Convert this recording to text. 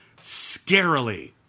Scarily